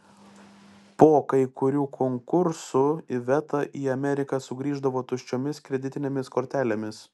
po kai kurių konkursų iveta į ameriką sugrįždavo tuščiomis kreditinėmis kortelėmis